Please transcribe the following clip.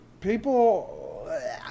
people